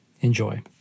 enjoy